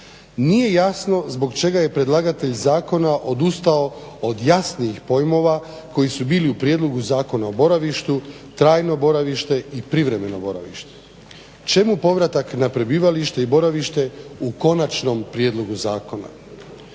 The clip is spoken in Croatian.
Nije jasno zbog čega je predlagatelj zakona odustao od jasnih pojmova koji su bili u prijedlogu Zakona o boravištu, trajno boravište i privremeno boravište. Čemu povratak na prebivalište i boravište u konačnom prijedlogu zakona?